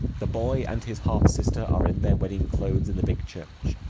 the boy and his half-sister are in their wedding-clothes in the big church.